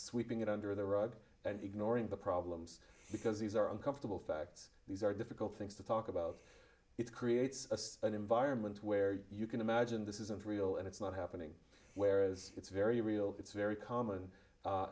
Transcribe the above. sweeping it under the rug and ignoring the problems because these are uncomfortable facts these are difficult things to talk about it creates an environment where you can imagine this isn't real and it's not happening whereas it's very real it's very common